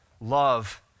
love